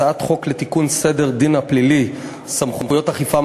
הצעת חוק סדר הדין הפלילי (סמכויות אכיפה,